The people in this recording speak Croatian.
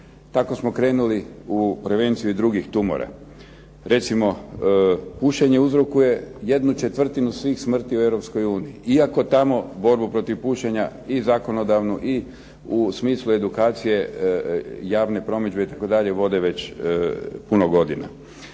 Tako smo krenuli u prevenciju i drugih tumora. Recimo pušenje uzrokuje jednu četvrtinu svih smrti u Europskoj uniji, iako tamo borbu protiv pušenja i zakonodavnu i u smislu edukaciju javne promidžbe itd. vode već puno godina.